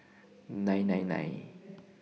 nine nine nine